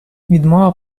відмова